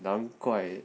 难怪